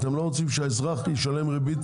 אתם לא רוצים שהאזרח ישלם ריבית פחות